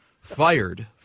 fired –